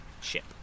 ship